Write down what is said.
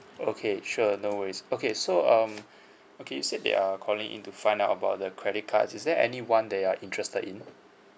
okay sure no worries okay so um okay you said that you are calling in to find out about the credit cards is there any one that you're interested in